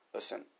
Listen